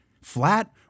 Flat